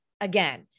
again